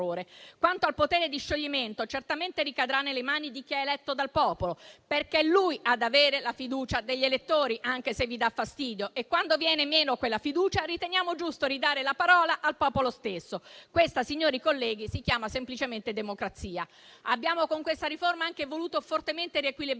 Quanto al potere di scioglimento, certamente ricadrà nelle mani di chi è eletto dal popolo, perché è lui ad avere la fiducia degli elettori, anche se vi dà fastidio; e, quando quella fiducia viene meno, riteniamo giusto ridare la parola al popolo stesso. Questa, signori colleghi, si chiama semplicemente democrazia. Con questa riforma abbiamo anche voluto fortemente riequilibrare